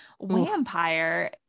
Vampire